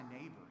neighbor